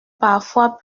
parfois